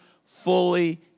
Fully